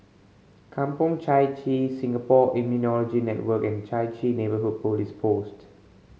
Kampong Chai Chee Singapore Immunology Network and Chai Chee Neighbourhood Police Post